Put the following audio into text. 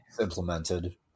Implemented